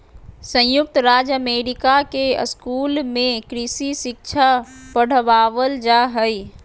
संयुक्त राज्य अमेरिका के स्कूल में कृषि शिक्षा पढ़ावल जा हइ